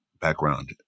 background